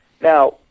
Now